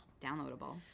downloadable